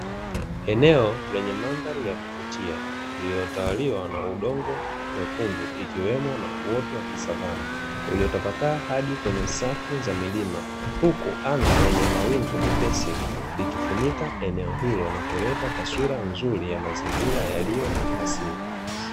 Eneo lenye mandhari ya kuvutia lililotawaliwa na udongo mwekundu ikiwemo na uoto wa kisavana uliotapakaa hadi kwenye safu za milima, huku anga lenye mawingu mepesi likifunika eneo hilo na kuleta taswira nzuri ya mazingira yaliyo asili.